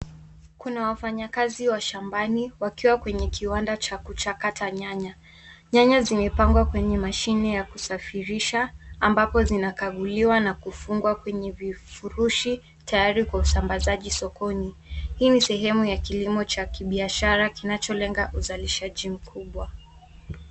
Kuna wafanyakazi wa shambani wakiwa kwenye kiwanda cha kuchakata nyanya. Nyanya zimepangwa kwenye mashine ya kusafirisha ambapo zinakaguliwa na kufungwa kwenye vifurushi tayari kwa usambazaji sokoni. Hii ni sehemu ya kilimo cha biashara kinacho lenga uzalishaji mkubwa.